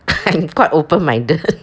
I'm quite open minded